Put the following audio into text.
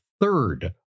third